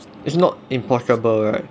it's not impossible right